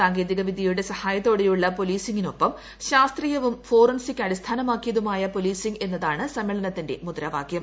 സാങ്കേതിക വിദ്യയുടെ സഹായത്തോടെയുള്ള പോലീസിങ്ങിനൊപ്പം ശാസ്ത്രീയവും ഫോറൻസിക് അടിസ്ഥാനമാക്കിയതുമായ പോലീസിങ് എന്നതാണ് സമ്മേളനത്തിന്റെ മുദ്രാവാകൃം